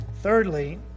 Thirdly